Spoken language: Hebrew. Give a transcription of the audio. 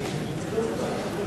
נתקבלו.